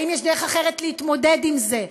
האם יש דרך אחרת להתמודד עם זה,